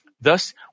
Thus